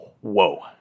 Whoa